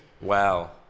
Wow